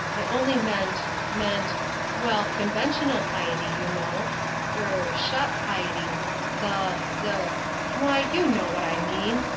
i only meant meant well, conventional piety, you know er shop piety the the why, you know what i mean.